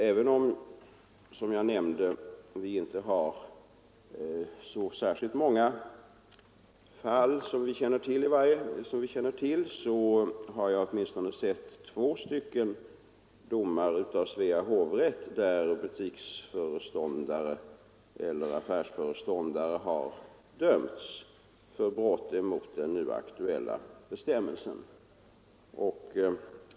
Även om, som jag nämnde, det inte finns särskilt många fall som vi känner till har jag sett åtminstone två stycken domar av Svea hovrätt, där affärsföreståndare har dömts för brott mot den nu aktuella bestämmelsen.